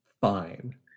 Fine